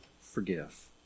forgive